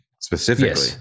specifically